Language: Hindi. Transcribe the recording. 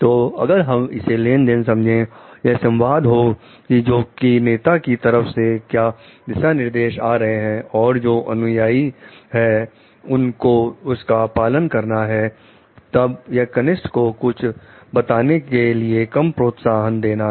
तो अगर हम इसे लेनदेन समझें यह संवाद हो कि जो कि नेता की तरफ से क्या दिशानिर्देश आ रहे हैं और जो अनुयाई हैं उनको उसका पालन करना है तब यह कनिष्ठ को कुछ बताने के लिए कम प्रोत्साहन देता है